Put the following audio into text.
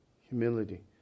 humility